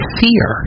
fear